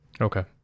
Okay